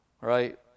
Right